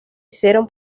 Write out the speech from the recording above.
hicieron